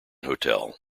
hotel